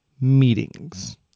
meetings